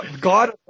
God